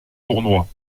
tournoi